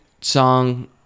song